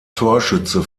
torschütze